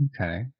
Okay